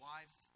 Wives